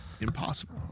Impossible